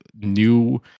new